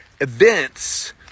events